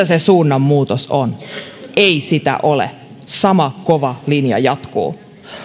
se suunnanmuutos on ei sitä ole sama kova linja jatkuu